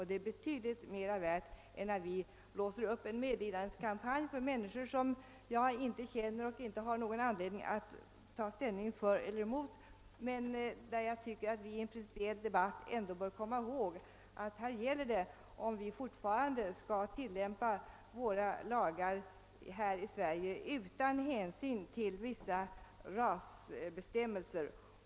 Det är av betydligt större värde än den medlidandeskampanj som nu blåses upp för en grupp människor som jag inte känner och för vilka jag inte har någon anledning att ta ställning för eller emot. I en principiell debatt bör vi ändå komma ihåg att frågan gäller, om vi fortfarande skall tillämpa våra lagar utan hänsyn till vissa rasbestämmelser.